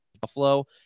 Buffalo